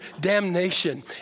damnation